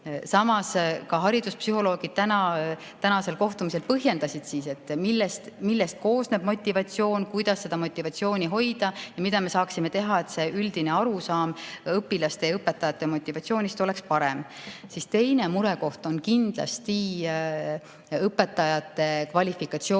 Samas ka hariduspsühholoogid tänasel kohtumisel põhjendasid, millest koosneb motivatsioon, kuidas motivatsiooni hoida ja mida me saaksime teha, et üldine arusaam õpilaste ja õpetajate motivatsioonist oleks parem. Teine murekoht on kindlasti õpetajate kvalifikatsiooni